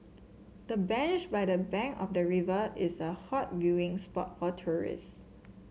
the bench by the bank of the river is a hot viewing spot for tourists